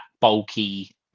bulky